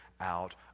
out